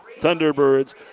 Thunderbirds